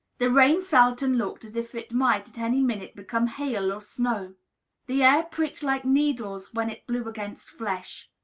the rain felt and looked as if it might at any minute become hail or snow the air pricked like needles when it blew against flesh.